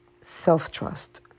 self-trust